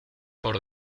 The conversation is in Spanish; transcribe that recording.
por